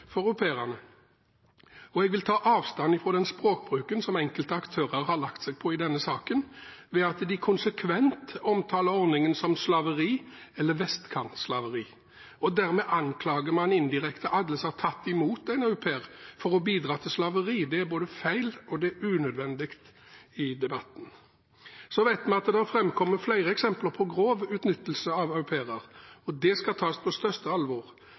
for au pairene, og jeg vil ta avstand fra den språkbruken enkelte aktører har lagt seg på i denne saken, ved at de konsekvent omtaler ordningen som slaveri eller vestkantslaveri. Dermed anklager man indirekte alle som har tatt imot en au pair, for å bidra til slaveri. Det er både feil og unødvendig i debatten. Så vet vi at det har framkommet flere eksempler på grov utnyttelse av au pairer, og det skal tas på største alvor.